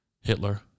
Hitler